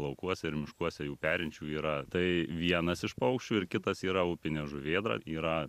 laukuose ir miškuose jų perinčių yra tai vienas iš paukščių ir kitas yra upinė žuvėdra yra